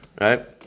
right